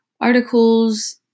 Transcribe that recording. articles